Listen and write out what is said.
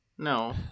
No